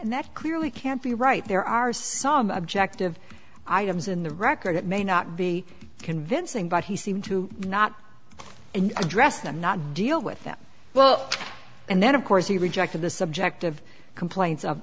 and that clearly can't be right there are some objective items in the record that may not be convincing but he seemed to not and address them not deal with them well and then of course he rejected the subject of complaints